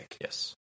Yes